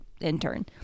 intern